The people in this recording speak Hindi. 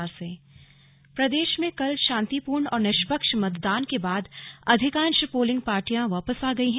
स्लग पुलिस महानिदेशक प्रदेश में कल शांतिपूर्ण और निष्पक्ष मतदान के बाद अधिकांश पोलिंग पार्टियां वापस आ गई हैं